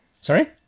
Sorry